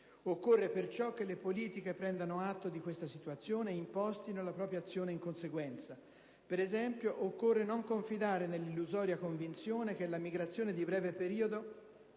Occorre perciò che le politiche prendano atto di questa situazione ed impostino la propria azione in conseguenza. Per esempio, occorre non confidare nell'illusoria convinzione che la migrazione di breve periodo